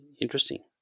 interesting